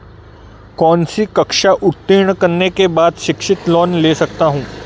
कौनसी कक्षा उत्तीर्ण करने के बाद शिक्षित लोंन ले सकता हूं?